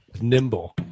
Nimble